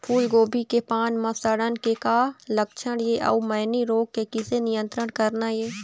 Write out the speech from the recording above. फूलगोभी के पान म सड़न के का लक्षण ये अऊ मैनी रोग के किसे नियंत्रण करना ये?